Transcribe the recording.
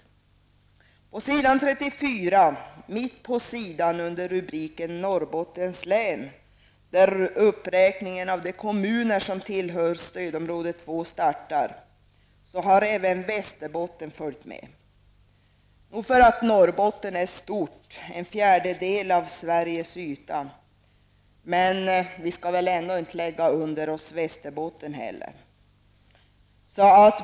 Mitt på s. 34 under rubriken Norrbottens län, där uppräkningen av de kommuner som tillhör stödområde 2 startar, har även kommuner i Västerbotten följt med. Nog för att Norrbotten är stort, en fjärdedel av Sveriges yta, men vi skall väl ändå inte lägga under oss Västerbotten.